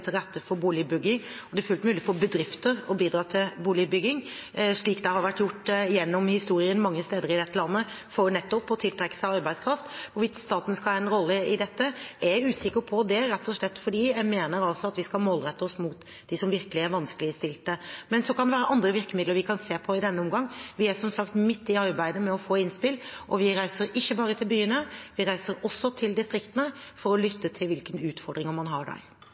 til rette for boligbygging, og det er fullt mulig for bedrifter å bidra til boligbygging, slik det har vært gjort mange steder i dette landet gjennom historien, nettopp for å tiltrekke seg arbeidskraft. Hvorvidt staten skal ha en rolle i dette, er jeg usikker på, rett og slett fordi jeg mener at vi skal målrette oss mot dem som virkelig er vanskeligstilte. Men så kan det være andre virkemidler vi kan se på i denne omgang. Vi er som sagt midt i arbeidet med å få innspill, og vi reiser ikke bare til byene; vi reiser også til distriktene for å lytte til hvilke utfordringer man har der.